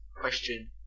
question